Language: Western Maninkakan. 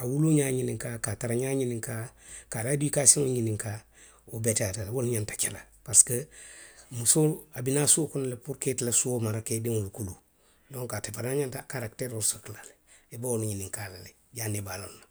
a wuluu ňaa ňininkaa, ka a tara ňaa ňininkaa, ka a la edikaasiyoŋo ňininkaa, wo beteyaata le, wo le ňanta ke la parisiko, musoo, a bi naa suo kono le puru ka ite la suo mara ka i diŋolu kuluu. Donku ate fanaŋ ňanta karakiteeroo soto la le. I be wo le ňininkaa la le janniŋ i be a loŋ na.